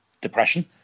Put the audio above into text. depression